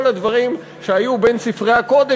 כל הדברים שהיו בין ספרי הקודש,